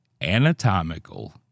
anatomical